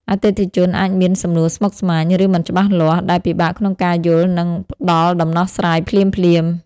អតិថិជនអាចមានសំណួរស្មុគស្មាញ ឬមិនច្បាស់លាស់ ដែលពិបាកក្នុងការយល់ និងផ្ដល់ដំណោះស្រាយភ្លាមៗ។